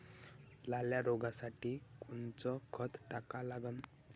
लाल्या रोगासाठी कोनचं खत टाका लागन?